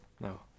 No